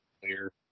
clear